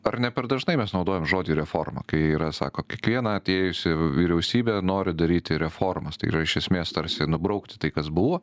ar ne per dažnai mes naudojam žodį reforma kai yra sako kiekviena atėjusi vyriausybė nori daryti reformas tai yra iš esmės tarsi nubraukti tai kas buvo